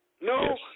No